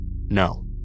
No